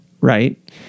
right